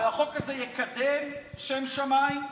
אבל החוק הזה יקדם שם שמיים?